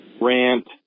rant